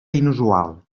inusual